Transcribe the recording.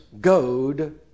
goad